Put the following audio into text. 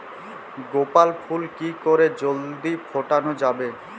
গোলাপ ফুল কি করে জলদি ফোটানো যাবে?